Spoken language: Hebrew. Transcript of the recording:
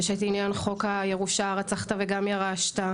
יש את עניין חוק הירושה הרצחת וגם ירשת,